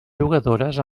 jugadores